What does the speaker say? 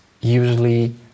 usually